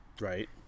Right